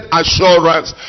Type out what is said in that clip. assurance